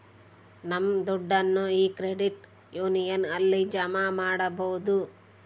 ನಮ್ ದುಡ್ಡನ್ನ ಈ ಕ್ರೆಡಿಟ್ ಯೂನಿಯನ್ ಅಲ್ಲಿ ಜಮಾ ಮಾಡ್ಬೋದು